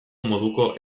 moduko